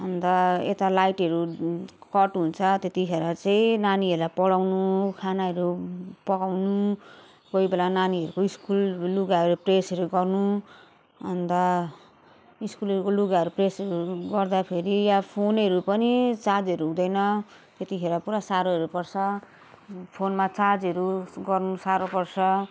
अन्त यता लाइटहरू कट हुन्छ त्यतिखेर चाहिँ नानीहरूलाई पढाउनु खानाहरू पकाउनु कोही बेला नानीहरूको स्कुल लुगाहरू प्रेसहरू गर्नु अन्त स्कुलको लुगाहरू प्रेसहरू गर्दाखेरि या फोनहरू पनि चार्जहरू हुँदैन त्यतिखेर पुरा साह्रोहरू पर्छ फोनमा चार्जहरू गर्नु साह्रो पर्छ